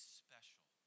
special